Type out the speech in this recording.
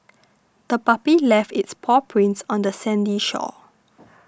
the puppy left its paw prints on the sandy shore